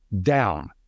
down